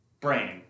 brain